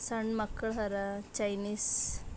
ಸಣ್ಣ ಮಕ್ಳು ಹರಾ ಚೈನೀಸ್